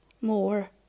more